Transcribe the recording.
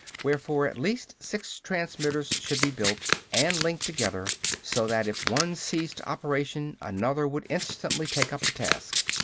wherefore at least six transmitters should be built and linked together so that if one ceased operation another would instantly take up the task.